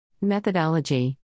Methodology